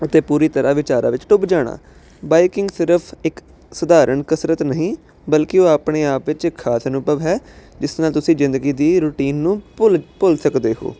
ਅਤੇ ਪੂਰੀ ਤਰ੍ਹਾਂ ਵਿਚਾਰਾਂ ਵਿੱਚ ਡੁੱਬ ਜਾਣਾ ਬਾਈਕਿੰਗ ਸਿਰਫ ਇੱਕ ਸਧਾਰਨ ਕਸਰਤ ਨਹੀਂ ਬਲਕਿ ਉਹ ਆਪਣੇ ਆਪ ਵਿੱਚ ਖਾਸ ਅਨੁਭਵ ਹੈ ਜਿਸ ਨਾਲ ਤੁਸੀਂ ਜ਼ਿੰਦਗੀ ਦੀ ਰੂਟੀਨ ਨੂੰ ਭੁੱਲ ਭੁੱਲ ਸਕਦੇ ਹੋ